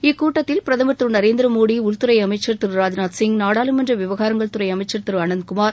இக்கூட்டத்தில் பிரதமர் திரு நரேந்திரமோடி உள்துறை அமைச்சர் திரு ராஜ்நாத் சிங் நாடாளுமன்ற விவகாரங்கள் துறை அமைச்சர் திரு அனந்த்குமார்